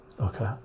okay